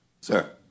Sir